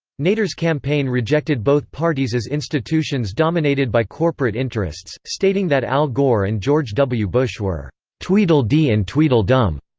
nader's campaign rejected both parties as institutions dominated by corporate interests, stating that al gore and george w. bush were tweedledee and tweedledum.